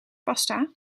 pasta